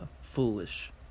foolish